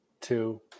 two